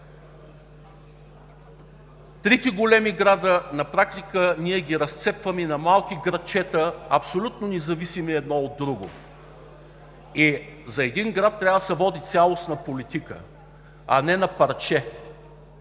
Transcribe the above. трите големи града на практика ние ги разцепваме на малки градчета, абсолютно независими едно от друго. За един град трябва да се води цялостна политика, а не на парче!